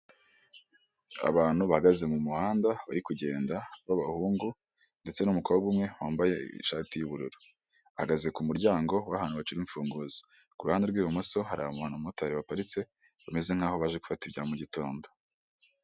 Abantu bahagaze mu muhanda bari kugenda b'abahungu ndetse n'umukobwa umwe wambaye ishati y'ubururu bagaze ku muryango w'abantu bacura imfunguzo, ku ruhande rw'ibumoso hari umumotari waparitse bameze nkaho baje gufata ibya mugitondo.